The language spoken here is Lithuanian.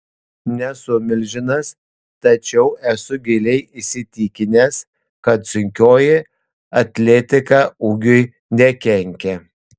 nesu milžinas tačiau esu giliai įsitikinęs kad sunkioji atletika ūgiui nekenkia